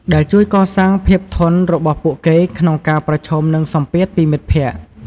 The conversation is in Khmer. ដែលជួយកសាងភាពធន់របស់ពួកគេក្នុងការប្រឈមនឹងសម្ពាធពីមិត្តភក្តិ។